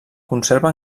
conserva